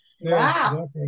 Wow